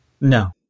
No